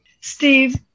Steve